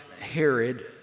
Herod